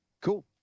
Cool